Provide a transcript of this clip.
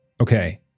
Okay